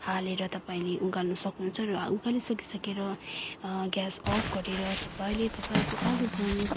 हालेर तपाईँले उमाल्नु सक्नुहुन्छ र उमालिसकिसकेर ग्यास अफ् गरेर तपाईँले तपाईँको आलुदम